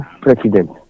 president